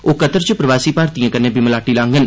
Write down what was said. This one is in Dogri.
ओह् कतर च प्रवासी भारतीयें कन्नै बी मलाटी करङन